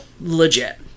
Legit